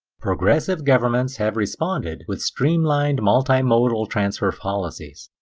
progressive governments have responded with streamlined multi-modal transfer policies.